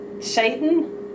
Satan